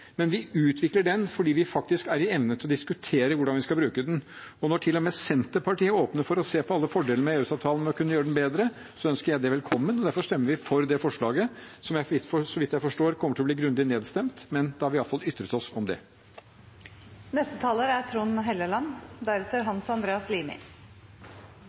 men vi utvikler den fordi vi faktisk har evne til å diskutere hvordan vi skal bruke den. Når til og med Senterpartiet åpner for å se på alle fordelene med EØS-avtalen ved å kunne gjøre den bedre, ønsker jeg det velkomment. Derfor stemmer vi for det forslaget, som så vidt jeg forstår kommer til å bli grundig nedstemt, men da har vi iallfall ytret oss om